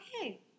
okay